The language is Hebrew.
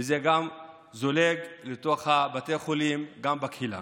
וזה גם זולג לתוך בתי החולים וגם לקהילה.